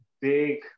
big